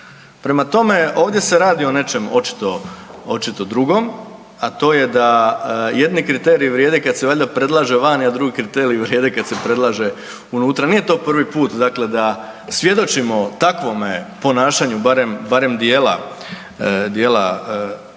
Prema tome, ovdje se radi o nečem očito drugom, a to je da jedni kriteriji vrijede kad se predlaže vani, a drugi kriteriji vrijede kada se predlaže unutra. Nije to prvi put, dakle da svjedočimo takvome ponašanju barem dijela HDZ-a